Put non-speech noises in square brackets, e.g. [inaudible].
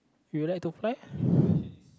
you like to fly [breath]